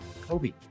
Kobe